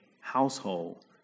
household